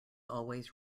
always